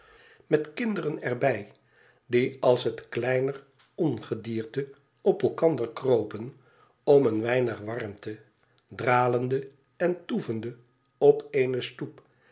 met kinderen er bij die als het kleiner ongedierte op elkander kropen om een weinig warmte dralende en toevende op eene stoep